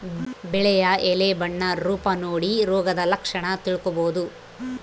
ಬೆಳೆಯ ಎಲೆ ಬಣ್ಣ ರೂಪ ನೋಡಿ ರೋಗದ ಲಕ್ಷಣ ತಿಳ್ಕೋಬೋದು